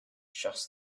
just